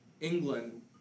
England